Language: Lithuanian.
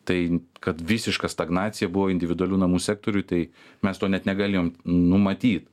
tai kad visiška stagnacija buvo individualių namų sektoriuj tai mes to net negalėjom numatyt